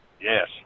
Yes